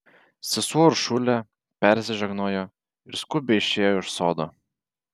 sesuo uršulė persižegnojo ir skubiai išėjo iš sodo